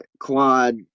quad